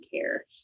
care